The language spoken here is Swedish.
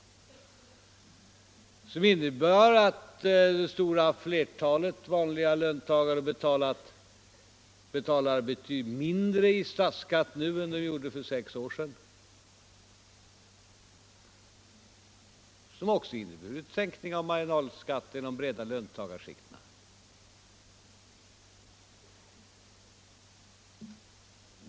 De förändringarna innebär att det stora flertalet vanliga löntagare betalar betydligt mindre i statsskatt nu än för sex år sedan, och de har också inneburit en sänkning av marginalskatten för de breda löntagarskikten.